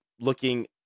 looking